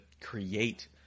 create